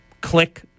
click